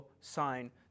sign